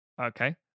okay